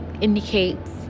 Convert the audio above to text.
indicates